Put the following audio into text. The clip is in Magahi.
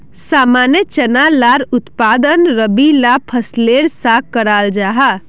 सामान्य चना लार उत्पादन रबी ला फसलेर सा कराल जाहा